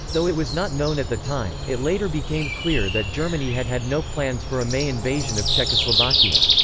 though it was not known at the time, it later became clear that germany had had no plans for a may invasion of czechoslovakia.